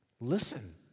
Listen